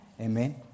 amen